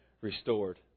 restored